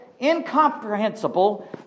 incomprehensible